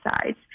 sides